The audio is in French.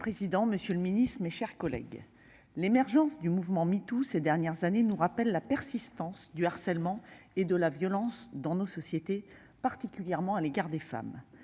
Monsieur le président, monsieur le secrétaire d'État, mes chers collègues, l'émergence du mouvement #MeToo, ces dernières années, nous rappelle la persistance du harcèlement et de la violence dans nos sociétés, particulièrement à l'égard des femmes.